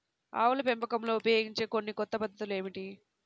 ఆవుల పెంపకంలో ఉపయోగించే కొన్ని కొత్త పద్ధతులు ఏమిటీ?